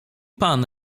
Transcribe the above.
pan